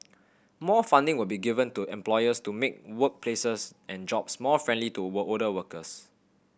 more funding will be given to employers to make workplaces and jobs more friendly to older workers